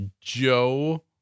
Joe